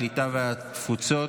הקליטה והתפוצות.